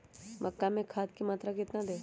मक्का में खाद की मात्रा कितना दे?